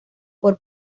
por